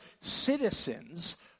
citizens